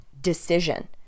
decision